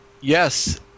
Yes